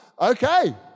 okay